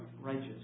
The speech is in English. righteous